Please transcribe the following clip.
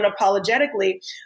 unapologetically